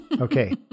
Okay